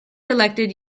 elected